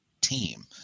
team